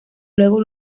luego